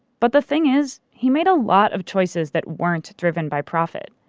but the thing is he made a lot of choices that weren't driven by profit.